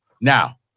Now